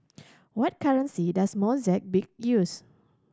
what currency does Mozambique use